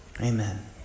amen